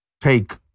take